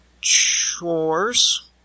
chores